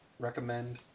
recommend